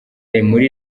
muri